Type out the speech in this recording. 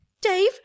Dave